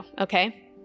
okay